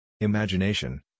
Imagination